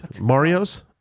Mario's